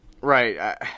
Right